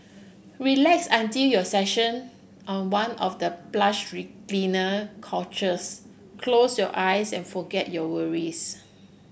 relax until your session on one of the plush recliner couches close your eyes and forget your worries